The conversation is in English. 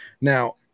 now